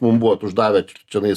mum buvot uždavę čionais